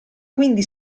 quindi